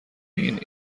این